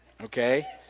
okay